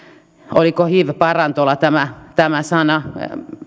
hiv parantola oliko tämä sana